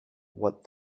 what